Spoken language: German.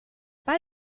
bei